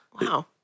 Wow